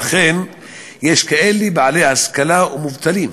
ולכן יש בעלי השכלה מובטלים,